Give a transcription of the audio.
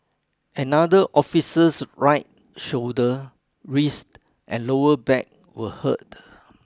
another officer's right shoulder wrist and lower back were hurt